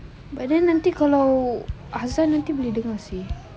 but then nanti kalau hassan nanti boleh dengar seh